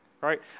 right